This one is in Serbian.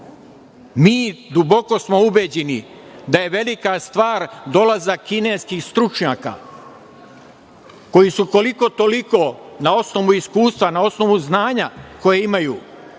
smo duboko ubeđeni da je velika stvar dolazak kinskih stručnjaka koji su koliko-toliko na osnovu iskustva, na osnovu znanja koje imaju